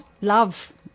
love